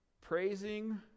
praising